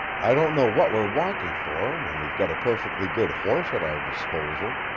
i don't know what we're walking for when we've got a perfectly good horse at our disposal,